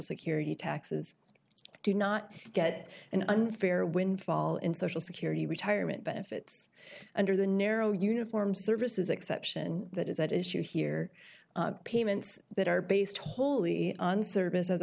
security taxes do not get an unfair windfall in social security retirement benefits under the narrow uniform services exception that is at issue here payments that are based wholly on service as a